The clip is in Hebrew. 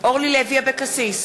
אורלי לוי אבקסיס,